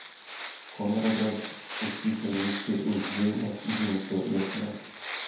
konradas užkišo nykštį už džeinės džinsų juosmens